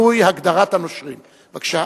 בבקשה.